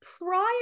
prior